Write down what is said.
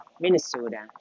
Minnesota